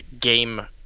game